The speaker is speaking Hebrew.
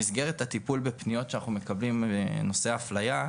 במסגרת הטיפול בפניות שאנחנו מקבלים בנושאי אפליה.